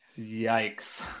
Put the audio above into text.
Yikes